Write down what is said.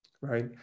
right